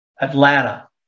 Atlanta